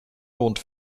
mond